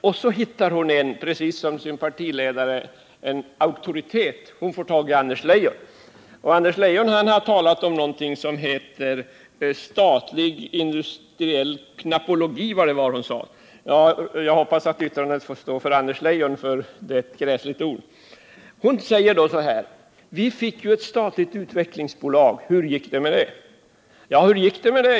Och så hittar hon, precis som sin partiledare, en auktoritet: hon får tag i Anders Leijon, som har talat om någonting som visst heter statlig industriell knappologi eller vad det var. Jag hoppas att det uttrycket får stå för Anders Leijon, för jag tycker att det är ett gräsligt ord. Hon säger då så här: Vi fick ju ett statligt utvecklingsbolag, men hur gick det med det? Ja, hur gick det med det?